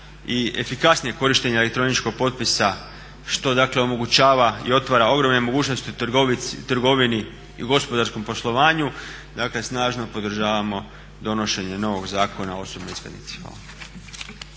i efikasnijeg korištenja elektroničkog potpisa što omogućava i otvara ogromne mogućnosti trgovini i gospodarskom poslovanju snažno podržavamo donošenje novog Zakona o osobnoj iskaznici.